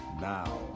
Now